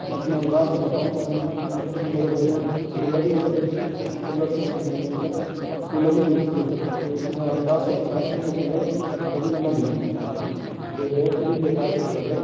میں اپنے انداز بتاؤں تو میں ہمیشہ میرے گھر میں کولر ہی ہے کولر سیمسنگ کمپنی کا وہ کولر ہی یوز کیا جاتا ہے تو اس میں انداز سے بتا رہا ہوں یہ کولر اس کمپنی کا نہ لیجیے یہ بہت ہی بےکار کولر ہے